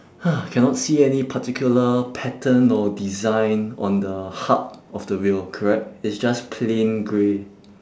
cannot see any particular pattern or design on the hub of the wheel correct it's just plain grey